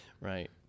Right